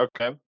Okay